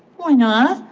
why not?